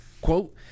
Quote